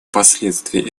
последствия